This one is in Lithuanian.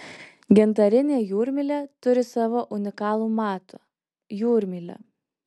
gintarinė jūrmylė turi savo unikalų matą jūrmylę